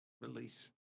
release